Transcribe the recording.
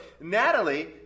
Natalie